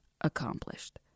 accomplished